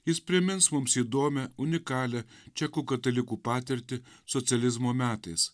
jis primins mums įdomią unikalią čekų katalikų patirtį socializmo metais